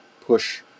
push